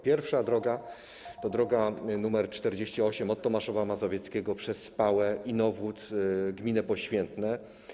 Pierwsza droga to droga nr 48 od Tomaszowa Mazowieckiego przez Spałę, Inowłódz, gminę Poświętne.